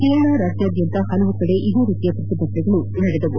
ಕೇರಳ ರಾಜ್ಯಾದ್ಯಂತ ಪಲವು ಕಡೆ ಇದೇ ರೀತಿಯ ಪ್ರತಿಭಟನೆಗಳು ನಡೆದವು